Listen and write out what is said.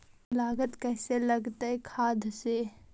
कम लागत कैसे लगतय खाद से?